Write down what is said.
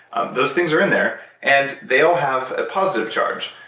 um those things are in there. and they'll have a positive charge.